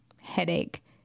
headache